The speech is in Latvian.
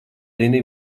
zini